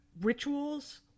rituals